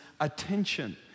attention